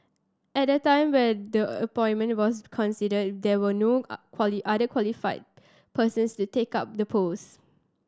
at the time when the appointment was considered there were no other qualified persons to take up the post